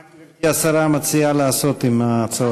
מה גברתי השרה מציעה לעשות עם ההצעות?